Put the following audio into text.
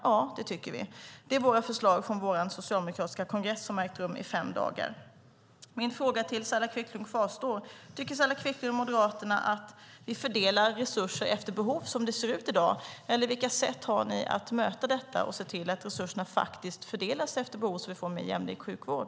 Ja, det tycker vi. Detta är våra förslag från vår socialdemokratiska kongress som har ägt rum i fem dagar. Min fråga till Saila Quicklund kvarstår: Tycker Saila Quicklund, Moderaterna, att vi fördelar resurser efter behov som det ser ut i dag, eller vilka sätt har ni att möta detta och se till att resurserna faktiskt fördelas efter behov så att vi får en mer jämlik sjukvård?